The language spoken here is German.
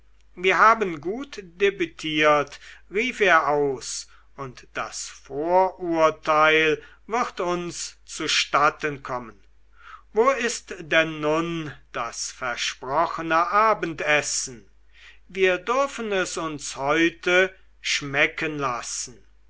wir haben gut debütiert rief er aus und das vorurteil wird uns zustatten kommen wo ist denn nun das versprochene abendessen wir dürfen es uns heute schmecken lassen